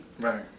Right